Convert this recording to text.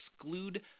exclude